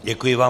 Děkuji vám.